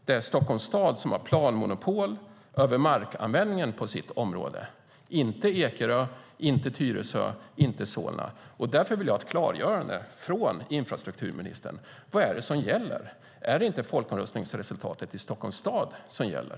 Det är Stockholms stad som har planmonopol när det gäller markanvändningen på stadens område - inte Ekerö, Tyresö eller Solna. Därför vill jag ha ett klargörande från infrastrukturministern om vad det är som gäller. Är det inte folkomröstningsresultatet i Stockholms stad som gäller?